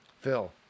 Phil